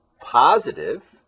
positive